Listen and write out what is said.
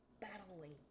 battling